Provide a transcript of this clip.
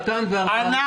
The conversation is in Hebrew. כלה, חתן וארבעה אנשים?